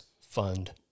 fund